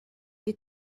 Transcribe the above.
you